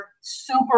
super